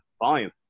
volume